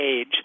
age